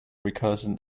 recursion